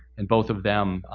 and both of them,